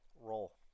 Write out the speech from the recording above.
Roll